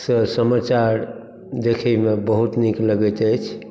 सऽ समाचार देखैमे बहुत नीक लगैत अछि